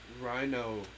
Rhino